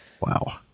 Wow